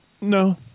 No